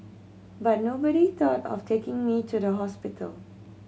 but nobody thought of taking me to the hospital